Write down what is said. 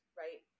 right